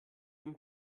dem